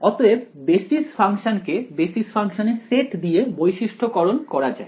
অতএব বেসিস ফাংশনকে বেসিস ফাংশনের সেট দিয়ে বৈশিষ্ট্য করণ করা যায়